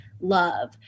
love